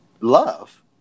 Love